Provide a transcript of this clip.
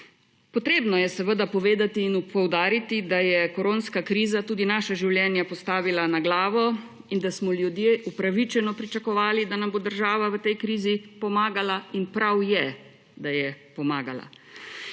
Potrebno je povedati in poudariti, da je koronska kriza tudi naša življenja postavila na glavo in da smo ljudje upravičeno pričakovali, da nam bo država v tej krizi pomagala, in prav je, da je pomagala.